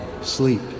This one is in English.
sleep